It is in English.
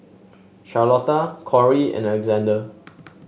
Charlotta Corey and Alexander